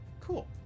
Cool